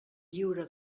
lliure